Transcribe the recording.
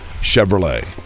Chevrolet